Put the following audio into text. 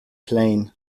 plain